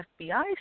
fbi